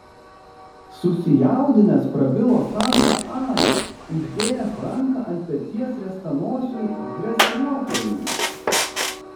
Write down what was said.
susijaudinęs prabilo santa ana uždėjęs ranką ant peties riestanosiui dresiruotojui